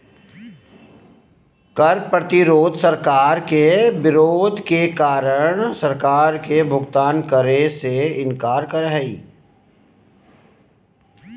कर प्रतिरोध सरकार के विरोध के कारण कर के भुगतान करे से इनकार करो हइ